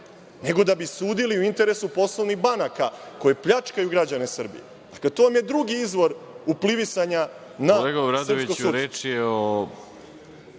Nego da bi im sudili u interesu poslovnih banaka, koji pljačkaju građane Srbije. To vam je drugi izvor uplivisanja na srpsko